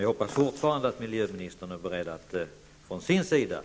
Jag hoppas fortfarande att miljöministern är beredd